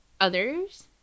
others